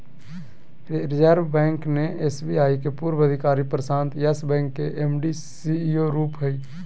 reserve bank ने SBI के पूर्व अधिकारी प्रशांत यस बैंक के एम.डी, सी.ई.ओ रूप हइ